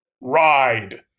ride